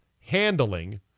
handling